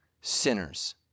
Sinners